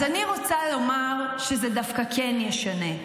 אז אני רוצה לומר שזה דווקא כן ישנה,